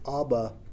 Abba